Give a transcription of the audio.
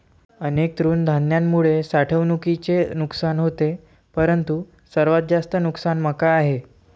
अनेक तृणधान्यांमुळे साठवणुकीचे नुकसान होते परंतु सर्वात जास्त नुकसान मका आहे